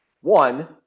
one